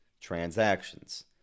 transactions